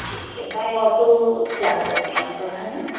ਠੀਕ ਹੈ by auto ਜਾ ਸਕਦੇ ਹਾਂ ਆਪਾਂ ਹੈ ਨਾ